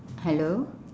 hello